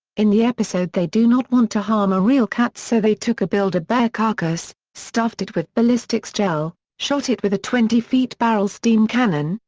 in the episode they do not want to harm a real cat so they took a build a bear carcass, stuffed it with ballistics gel, shot it with a twenty barrel steam cannon,